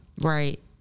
Right